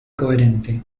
coherente